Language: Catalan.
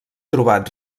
trobat